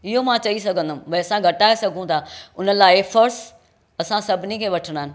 इहो मां चई सघंदमि भई असां घटाए सघूं था उन लाइ एफर्ड्स असां सभिनी खे वठिणा आहिनि